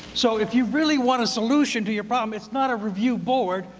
so if you really want a solution to your problem, it's not a review board,